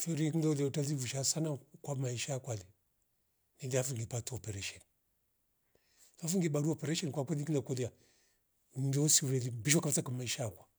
Fyuri mndo uliotali vusha sanao kwa maisha kwale india fili pata operesheni nafungi barua pereshini kwa kweli kila ukolia njuu usiveli mbishwa kabisa kwa maisha ngwa